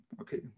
okay